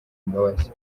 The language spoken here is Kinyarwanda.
imbabazi